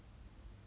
ya